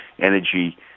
energy